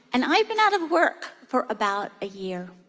and i've been out of work for about a year.